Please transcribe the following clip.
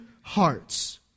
hearts